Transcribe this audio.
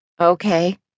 Okay